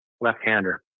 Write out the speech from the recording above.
left-hander